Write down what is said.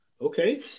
Okay